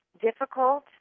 difficult